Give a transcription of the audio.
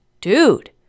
dude